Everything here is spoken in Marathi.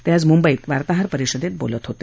ते आज मुंबईत वार्ताहर परिषदेत बोलत होते